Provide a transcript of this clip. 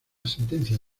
sentencia